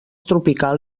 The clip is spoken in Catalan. tropical